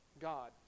God